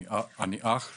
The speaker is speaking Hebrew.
אני אח למנחם,